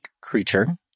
creature